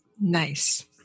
Nice